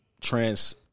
trans